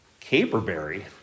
caperberry